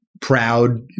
proud